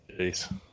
Jeez